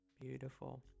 Beautiful